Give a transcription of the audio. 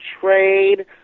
trade